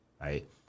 Right